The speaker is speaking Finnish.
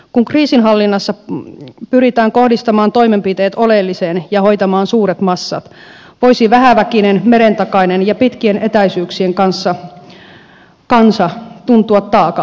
kun kriisinhallinnassa pyritään kohdistamaan toimenpiteet oleelliseen ja hoitamaan suuret massat voisi vähäväkinen merentakainen ja pitkien etäisyyksien kansa tuntua taakalta